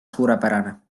suurepärane